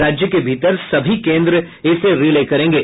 राज्य के भीतर सभी केन्द्र इसे रिले करेंगे